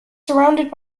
surrounded